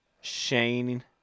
Shane